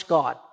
God